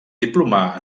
diplomà